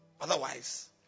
otherwise